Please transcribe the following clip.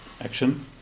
Action